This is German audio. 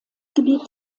gebiet